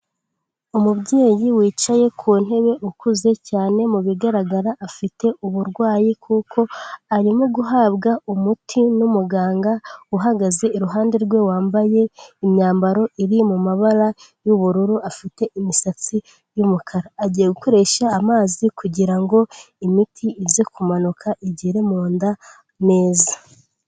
Umubyeyi wicaye ku ntebe ukuze cyane mu bigaragara afite uburwayi kuko arimo guhabwa umuti n'umuganga uhagaze iruhande rwe wambaye imyambaro iri mu mabara y'ubururu afite imisatsi y'umukara, agiye gukoresha amazi kugira ngo imiti ize kumanuka igere munda neza.